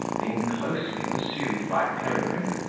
being closely pursued by peregrine,